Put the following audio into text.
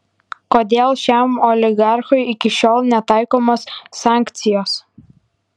kodėl šiam oligarchui iki šiol netaikomos sankcijos